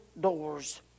doors